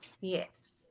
Yes